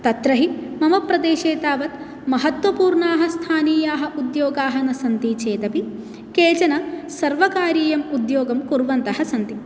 तत्र ही मम प्रदेशे तावत् महत्त्वपूर्णाः स्थानीयाः उद्योगाः न सन्ति चेदपि केचन सर्वकारीयम् उद्योगं कुर्वन्तः सन्ति